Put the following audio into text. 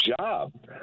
job